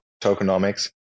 tokenomics